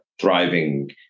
thriving